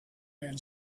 man